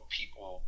people